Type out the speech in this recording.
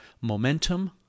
momentum